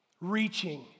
reaching